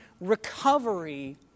recovery